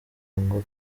ngo